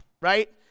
Right